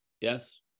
Yes